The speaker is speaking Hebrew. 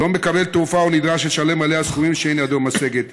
לא מקבל תרופה או נדרש לשלם עליה סכומים שאין ידו משגת?